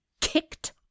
kicked